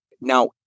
now